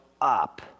up